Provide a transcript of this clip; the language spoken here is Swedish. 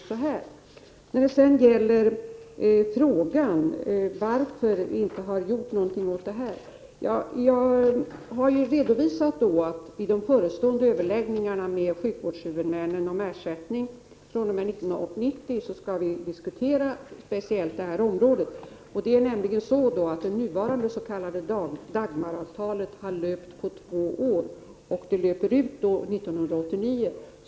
Siw Persson frågade varför vi inte gjort någonting åt detta problem. I de förestående överläggningarna med sjukvårdshuvudmännen om ersättning fr.o.m. 1990 skall vi diskutera speciellt detta område. Det nuvarande s.k. Dagmaravtalet har löpt på två år, och det löper ut 1989.